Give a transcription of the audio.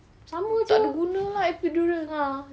tak berguna ah epidural